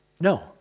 No